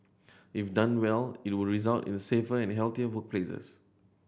if done well it would result in safer and healthier workplaces